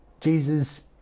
Jesus